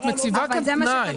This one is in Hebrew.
את מציבה כאן תנאי.